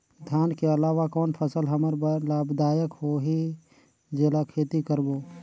धान के अलावा कौन फसल हमर बर लाभदायक होही जेला खेती करबो?